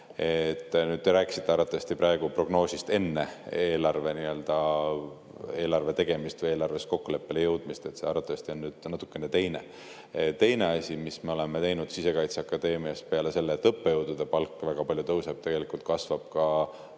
on. Te rääkisite arvatavasti praegu prognoosist enne eelarve tegemist või eelarves kokkuleppele jõudmist. See arvatavasti on nüüd natukene teine. Teine asi, mis me oleme teinud, Sisekaitseakadeemias peale selle, et õppejõudude palk väga palju tõuseb, kasvab ka